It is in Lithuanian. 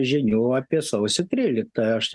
žinių apie sausio tryliktąją aš